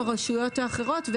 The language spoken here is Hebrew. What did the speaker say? עם הרשויות האחרות,